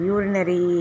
Urinary